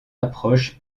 approche